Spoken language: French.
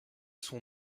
son